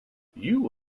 you